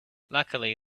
luckily